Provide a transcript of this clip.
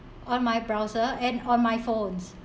on my browser and on my phones